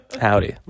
Howdy